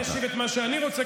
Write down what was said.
אני משיב את מה שאני רוצה,